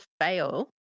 fail